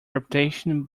reputation